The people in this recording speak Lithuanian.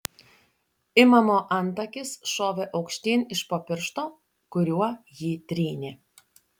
imamo antakis šovė aukštyn iš po piršto kuriuo jį trynė